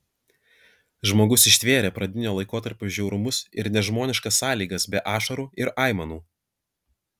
žmogus ištvėrė pradinio laikotarpio žiaurumus ir nežmoniškas sąlygas be ašarų ir aimanų